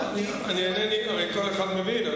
הרי כל אחד מבין.